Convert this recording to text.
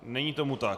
Není tomu tak.